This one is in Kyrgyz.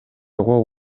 кол